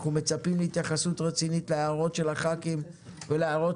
אנחנו מצפים להתייחסות רצינית להערות של חברי הכנסת,